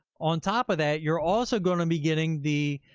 on top of that, you're also going to be getting the,